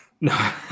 No